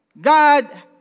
God